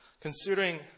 Considering